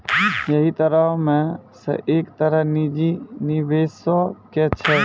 यहि तरहो मे से एक तरह निजी निबेशो के छै